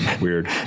Weird